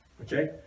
okay